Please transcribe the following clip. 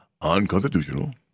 unconstitutional